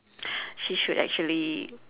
she should actually